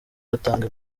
batanga